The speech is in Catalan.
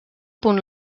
punt